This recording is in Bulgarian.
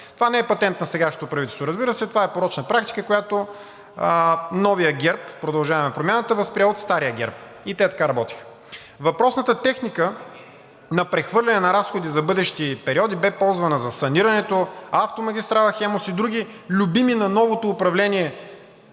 Това не е патент на сегашното правителство, разбира се, това е порочна практика, която новият ГЕРБ – „Продължаваме Промяната“, възприе от стария ГЕРБ – и те така работеха. Въпросната техника на прехвърляне на разходи за бъдещи периоди бе ползвана за санирането, автомагистрала „Хемус“ и други любими на новото управление